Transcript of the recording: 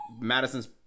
Madison's